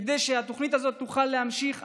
כדי שהתוכנית הזאת תוכל להמשיך.